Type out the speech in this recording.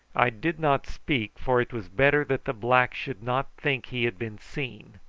i did not speak, for it was better that the black should not think he had been seen,